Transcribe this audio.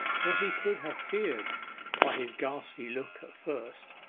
what he could have feared by his ghastly look at first,